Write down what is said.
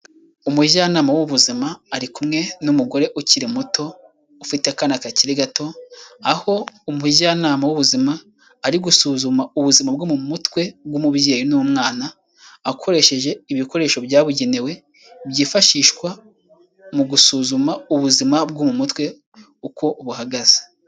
Umujyanama w'ubuzima ari kumwe n'umugore ukiri muto, ufite akana kakiri gato, aho umujyanama w'ubuzima ari gusuzuma ubuzima bwo mu mutwe bw'umubyeyi n'umwana, akoresheje ibikoresho byabugenewe, byifashishwa mu gusuzuma ubuzima bwo mu mutwe uko buhagaze.